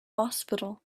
hospital